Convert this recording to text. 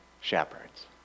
shepherds